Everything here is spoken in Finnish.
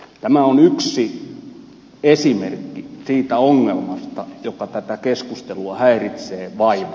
tämä on yksi esimerkki siitä ongelmasta joka tätä keskustelua häiritsee vaivaa